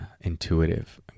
intuitive